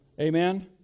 Amen